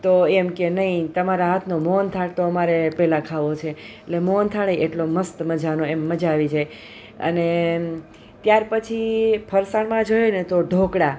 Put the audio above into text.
તો એમ કહે નહીં તમારા હાથનો મોહનથાળ તો અમારે પહેલાં ખાવો છે એટલે મોહનથાળે એટલો મસ્ત મજાનો એમ મજા આવી જાય અને ત્યાર પછી ફરસાણમાં જોઈએ ને તો ઢોકળા